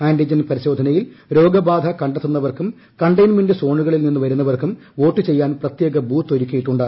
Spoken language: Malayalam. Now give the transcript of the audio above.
ആന്റിജൻ പരിശോധനയിൽ രോഗബാധ കണ്ടെത്തുന്നവർക്കും കണ്ടെയ്ൻമെന്റ് സോണുകളിൽ നിന്നു വരുന്നവർക്കും വോട്ടു ചെയ്യാൻ പ്രത്യേക ബൂത്ത് ഒരുക്കിയിട്ടുണ്ട്